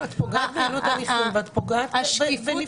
את פוגעת ביעילות תהליכים ואת פוגעת בנפגעות.